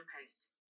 post